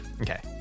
Okay